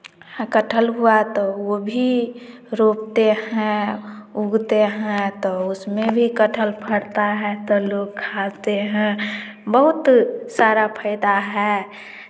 कटहल हुआ तो वो भी रोपते हैं उगते हैं त उसमें भी कटहल फटता है तो लोग खाते हैं बहुत सारा फ़ायदा है